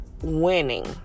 winning